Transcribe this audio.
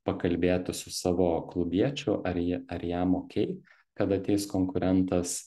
pakalbėti su savo klubiečiu ar ji ar jam okei kad ateis konkurentas